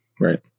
Right